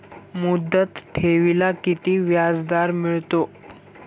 मुदत ठेवीला किती व्याजदर मिळतो?